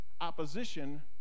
opposition